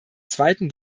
zweiten